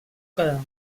quedar